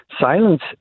silence